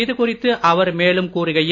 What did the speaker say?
இதுகுறித்து அவர் மேலும் கூறுகையில்